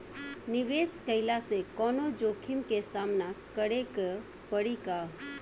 निवेश कईला से कौनो जोखिम के सामना करे क परि का?